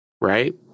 right